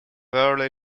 early